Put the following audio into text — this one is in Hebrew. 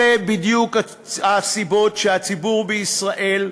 אלה בדיוק הסיבות לכך שהציבור בישראל,